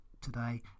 today